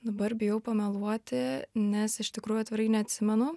dabar bijau pameluoti nes iš tikrųjų atvirai neatsimenu